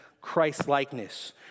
Christ-likeness